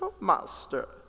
Master